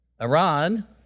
Iran